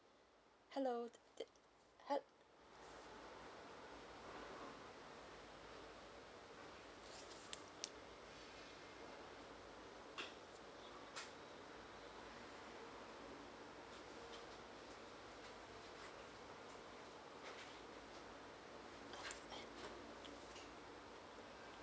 hello t~ t~ how